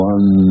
One